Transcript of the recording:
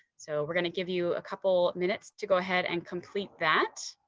so we're going to give you a couple minutes to go ahead and complete that.